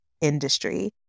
industry